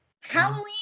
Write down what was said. Halloween